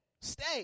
stay